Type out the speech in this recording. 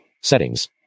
settings